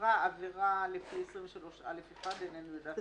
נעברה עבירה לפי סעיף 23(א)(1)" --- את